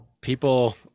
people